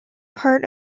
part